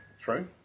True